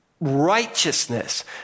righteousness